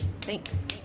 Thanks